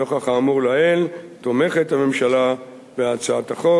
נוכח האמור לעיל תומכת הממשלה בהצעת החוק.